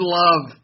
love